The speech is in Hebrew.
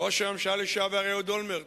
ראש הממשלה אהוד אולמרט,